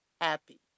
happy